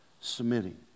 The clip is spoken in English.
submitting